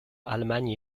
allemagne